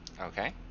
Okay